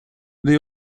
they